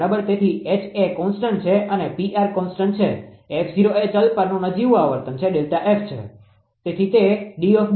તેથી એચ એ કોન્સ્ટન્ટ છે અને 𝑃𝑟 કોન્સ્ટન્ટ છે 𝑓0 એ ચલ પરનુ નજીવું આવર્તન Δ𝑓 છે